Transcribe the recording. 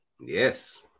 Yes